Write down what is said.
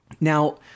Now